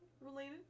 related